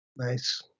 Nice